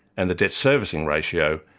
and the debt servicing ratio,